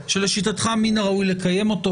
שלשיטתך מן הראוי לקיים אותו.